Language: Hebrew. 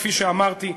כפי שאמרתי,